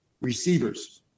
receivers